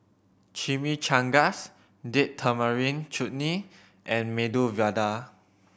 Chimichangas Date Tamarind Chutney and Medu Vada